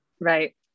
right